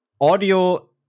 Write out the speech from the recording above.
audio